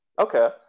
Okay